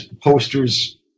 posters